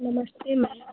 नमस्ते मैम